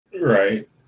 Right